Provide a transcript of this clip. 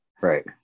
right